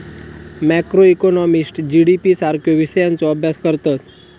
macroeconomist GDP सारख्यो विषयांचा अभ्यास करतत